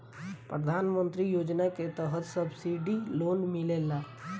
प्रधान मंत्री योजना के तहत सब्सिडी लोन मिलेला